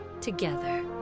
together